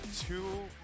Two